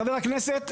חבר הכנסת,